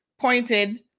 pointed